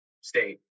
state